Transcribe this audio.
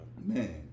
Man